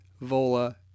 Vola